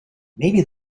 maybe